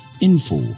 info